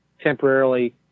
temporarily